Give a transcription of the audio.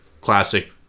classic